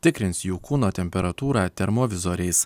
tikrins jų kūno temperatūrą termovizoriais